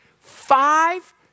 Five